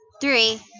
three